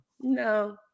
no